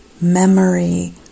memory